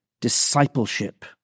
discipleship